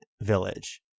village